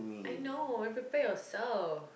I know prepare yourself